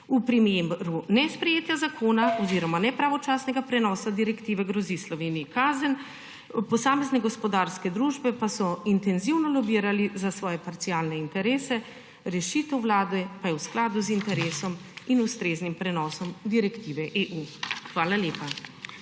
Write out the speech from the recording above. V primeru nesprejetja zakona oziroma nepravočasnega prenosa direktive grozi Sloveniji kazen. Posamezne gospodarske družbe so intenzivno lobirale za svoje parcialne interese, rešitev Vlade pa je v skladu z interesom in ustreznim prenosom direktive EU. Hvala lepa.